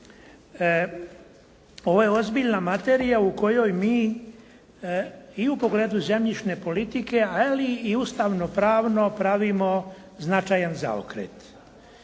Ovo je ozbiljna materija u kojoj mi i u pogledu zemljišne politike, ali i ustavnopravno pravimo značajan zaokret.